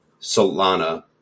Solana